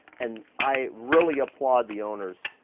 and i really applaud the owners